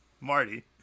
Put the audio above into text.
Marty